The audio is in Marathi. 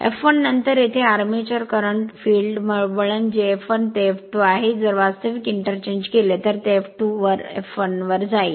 F1 नंतर येथे आंरमॅचर करंट फील्ड वळण जे F1 ते F2 आहे जर वास्तविक इंटरचेंज केले तर ते F2 वर F1 वर जाईल